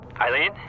Eileen